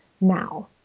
now